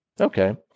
Okay